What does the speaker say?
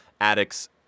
addicts